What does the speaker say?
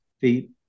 feet